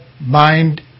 mind